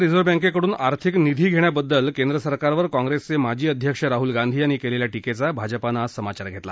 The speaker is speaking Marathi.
रिझर्व बँककडून आर्थिक निधी घेण्याबद्दल केंद्रसरकारवर काँग्रेसचे माजी अध्यक्ष राहूल गांधी यांनी केलेल्या टीकेचा भाजपानं आज समाचार घेतला